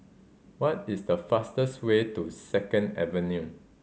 what is the fastest way to Second Avenue